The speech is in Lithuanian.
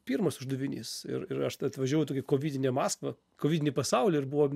pirmas uždavinys ir ir aš atvažiavau į tokią kovidinę maskvą kovidinį pasaulį ir buvo